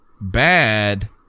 bad